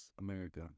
America